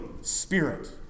Spirit